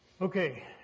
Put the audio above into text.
Okay